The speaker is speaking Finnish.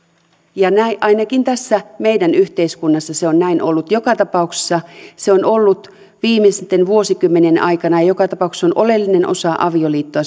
ainakin tässä meidän yhteiskunnassamme se on näin ollut joka tapauksessa se on ollut näin viimeisten vuosikymmenien aikana ja joka tapauksessa se on oleellinen osa avioliittoa